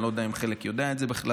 אני לא יודע אם חלק יודע את זה בכלל.